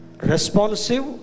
responsive